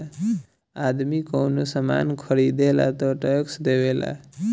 आदमी कवनो सामान ख़रीदेला तऽ टैक्स देवेला